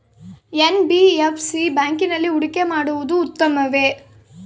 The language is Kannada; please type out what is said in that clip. ಎನ್.ಬಿ.ಎಫ್.ಸಿ ಬ್ಯಾಂಕಿನಲ್ಲಿ ಹೂಡಿಕೆ ಮಾಡುವುದು ಉತ್ತಮವೆ?